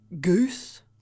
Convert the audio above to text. goose